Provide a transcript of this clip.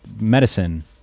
medicine